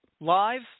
live